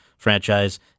franchise